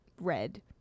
red